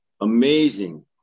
amazing